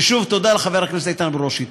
ושוב, תודה לחבר הכנסת איתן ברושי.